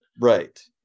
Right